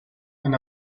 and